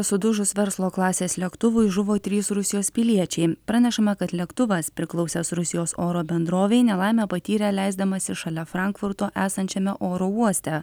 sudužus verslo klasės lėktuvui žuvo trys rusijos piliečiai pranešama kad lėktuvas priklausęs rusijos oro bendrovei nelaimę patyrė leisdamasis šalia frankfurto esančiame oro uoste